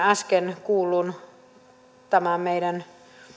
äsken kuullun meidän